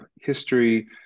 history